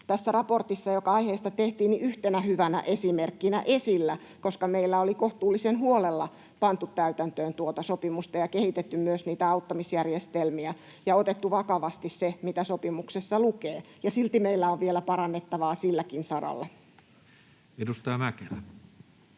tässä raportissa, joka aiheesta tehtiin, yhtenä hyvänä esimerkkinä esillä, koska meillä oli kohtuullisen huolella pantu täytäntöön tuota sopimusta ja kehitetty myös niitä auttamisjärjestelmiä ja otettu vakavasti se, mitä sopimuksessa lukee, ja silti meillä on vielä parannettavaa silläkin saralla. [Speech